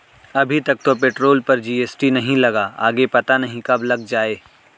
अभी तक तो पेट्रोल पर जी.एस.टी नहीं लगा, आगे पता नहीं कब लग जाएं